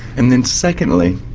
and then secondly,